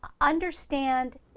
understand